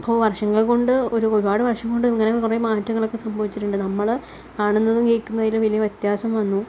അപ്പോൾ വര്ഷങ്ങള് കൊണ്ട് ഒരു ഒരുപാട് വര്ഷം കൊണ്ട് ഇങ്ങനെ കുറേ മാറ്റങ്ങളൊക്കെ സംഭവിച്ചിട്ടുണ്ട് നമ്മൾ കാണുന്നതും കേള്ക്കുന്നത്തിലും വലിയ വ്യത്യാസം വന്നു